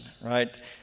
right